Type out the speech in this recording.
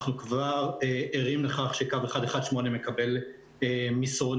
אנחנו ערים לכך שקו 118 מקבל מסרונים.